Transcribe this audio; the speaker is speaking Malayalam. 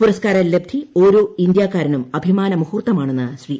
പുരസ്ക്കാര ലബ്ധി ഓരോ ഇന്ത്യക്കാരനും അഭിമാന മുഹൂർത്തമാണെന്ന് ശ്രീ